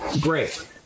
great